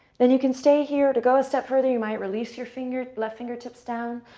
then you can stay here. to go a step further, you might release your finger. left fingertips down.